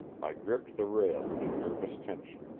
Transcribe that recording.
i gripped the rail in nervous tension.